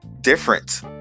different